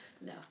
no